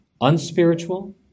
unspiritual